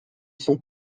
sont